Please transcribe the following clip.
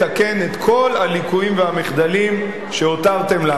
את כל הליקויים והמחדלים שהותרתם לנו.